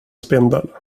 spindel